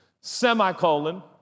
Semicolon